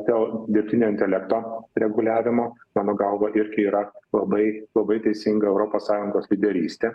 dėl dirbtinio intelekto reguliavimo mano galva irgi yra labai labai teisinga europos sąjungos lyderystė